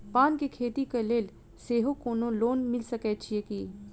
पान केँ खेती केँ लेल सेहो कोनो लोन मिल सकै छी की?